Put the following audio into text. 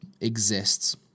exists